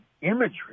imagery